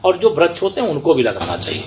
और जो वृक्ष होते है उनको भी लगाना चाहिये